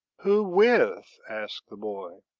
who with? asked the boy.